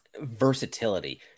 versatility